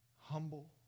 humble